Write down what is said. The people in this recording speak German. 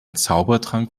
zaubertrank